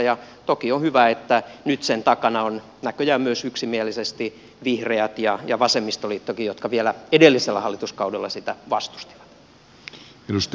toki on hyvä että nyt sen takana ovat näköjään myös yksimielisesti vihreät ja vasemmistoliittokin jotka vielä edellisellä hallituskaudella sitä vastustivat